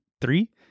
three